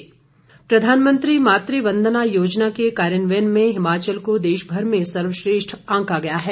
सर्वश्रेष्ठ सम्मान प्रधानमंत्री मातृ वंदना योजना के कार्यान्वयन में हिमाचल को देशभर में सर्वश्रेष्ठ आंका गया है